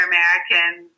Americans